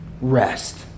Rest